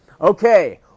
Okay